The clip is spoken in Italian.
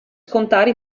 scontare